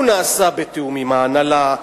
הוא נעשה בתיאום עם ההנהלה,